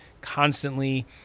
constantly